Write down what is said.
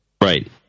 right